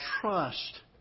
trust